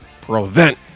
prevent